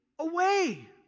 away